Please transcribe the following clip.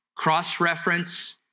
Cross-reference